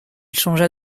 changea